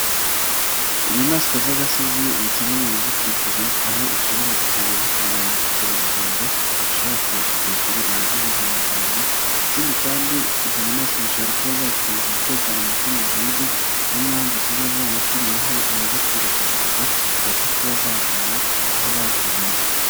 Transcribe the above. Inyamanswa z'agasozi ni kimwe mu bidukikije aho ushobora gusanga zikurura ba mukerarugendo bashobora kwishyura amadovize mu Rwanda, ikindi kandi izi nyamaswa zishobora kuba zateza umutekano muke mu gihugu niyo mpamvu ziba zarashyiriweho inzitiro kugira ngo zibashe kuba zaguma aho bazubakiye.